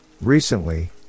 Recently